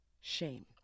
Shame